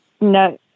No